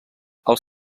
els